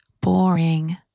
Boring